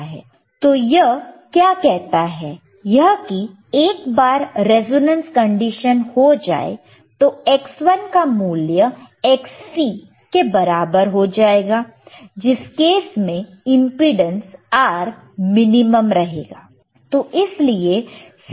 तो यह क्या कहता है यह कि एक बार रेजोनेंस कंडीशन हो जाए तो Xl का मूल्य Xc के बराबर हो जाएगा जिस केस में इंपेडेंस R मिनिमम रहेगा